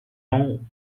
runs